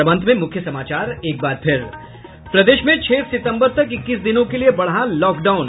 और अब अंत में मुख्य समाचार एक बार फिर प्रदेश में छह सितम्बर तक इक्कीस दिनों के लिये बढ़ा लॉकडाउन